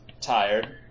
tired